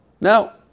Now